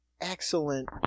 excellent